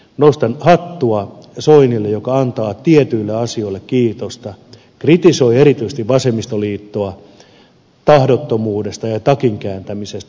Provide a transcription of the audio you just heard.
nostan hattua soinille joka antaa tietyille asioille kiitosta kritisoi erityisesti vasemmistoliittoa tahdottomuudesta ja takin kääntämisestä